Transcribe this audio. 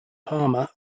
palmer